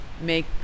make